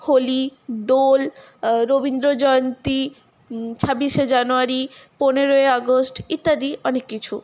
হোলি দোল রবীন্দ্রজয়ন্তী ছাব্বিশে জানুয়ারি পনেরই আগস্ট ইত্যাদি অনেক কিছু